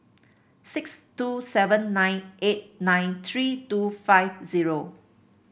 six two seven nine eight nine three two five zero